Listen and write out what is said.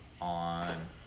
on